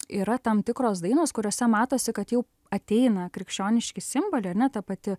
yra tam tikros dainos kuriose matosi kad jau ateina krikščioniški simboliai ar ne ta pati